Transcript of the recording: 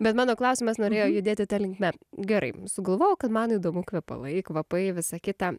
bet mano klausimas norėjo judėti ta linkme gerai sugalvojau kad man įdomu kvepalai kvapai visa kita